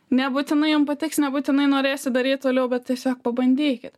nebūtinai jum patiks nebūtinai norėsi daryt toliau bet tiesiog pabandykit